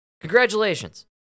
Congratulations